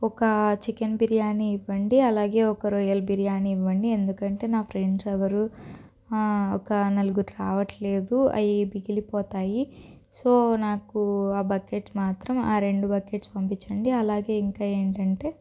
ఒక చికెన్ బిర్యానీ ఇవ్వండి అలాగే ఒక రొయ్యల బిర్యానీ ఇవ్వండి ఎందుకంటే నా ఫ్రెండ్స్ ఎవరూ ఒక నలుగురు రావట్లేదు అవి మిగిలిపోతాయి సో నాకు ఆ బకెట్స్ మాత్రం ఆ రెండు బకెట్స్ పంపించండి అలాగే ఇంకా ఏంటంటే